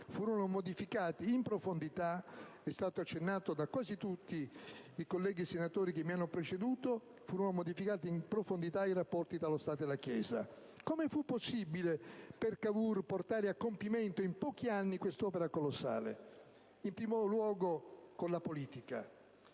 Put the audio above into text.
che mi hanno preceduto, i rapporti tra lo Stato e la Chiesa. Come fu possibile per Cavour portare a compimento in pochi anni quest'opera colossale? In primo luogo con la politica,